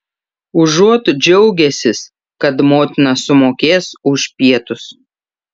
užuot džiaugęsis kad motina sumokės už pietus